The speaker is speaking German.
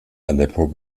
aleppo